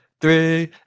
three